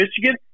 Michigan